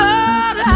Lord